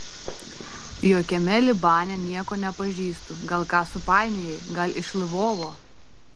jokiame libane nieko nepažįstu gal ką supainiojai gal iš lvovo